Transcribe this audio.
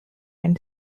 and